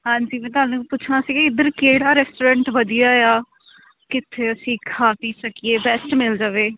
ਹਾਂਜੀ ਮੈਂ ਤਹਾਨੂੰ ਪੁੱਛਣਾ ਸੀ ਕਿ ਇੱਧਰ ਕਿਹੜਾ ਰੈਸਟੋਰੈਂਟ ਵਧੀਆ ਆ ਕਿੱਥੇ ਅਸੀਂ ਖਾ ਪੀ ਸਕੀਏ ਬੈਸਟ ਮਿਲ ਜਾਵੇ